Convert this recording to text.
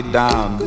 down